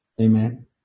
Amen